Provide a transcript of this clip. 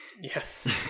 Yes